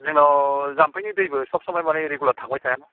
जोंनाव जाम्फैनि दैबो सब समाय मानि रिगुलार थांबाय थाया